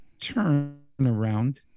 turnaround